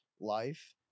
life